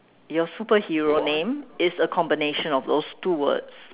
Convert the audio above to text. your superhero name is a combination of those two words